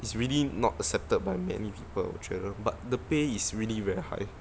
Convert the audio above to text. it's really not accepted by many people 我觉得 but the pay is really very high